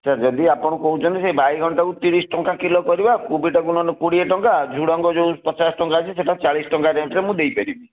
sir ଯଦି ଆପଣ କହୁଛନ୍ତି ଯେ ବାଇଗଣଟାକୁ ତିରିଶ ଟଙ୍କା କିଲୋ କରିବା କୋବିଟାକୁ ନହେଲେ କୋଡ଼ିଏ ଟଙ୍କା ଝୁଡ଼ଙ୍ଗ ଯେଉଁ ପଚାଶ ଟଙ୍କା ଅଛି ସେଇଟା ଚାଳିଶ ଟଙ୍କା ରେଟରେ ମୁଁ ଦେଇପାରିବି